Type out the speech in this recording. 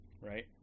Right